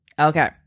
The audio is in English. Okay